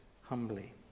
humbly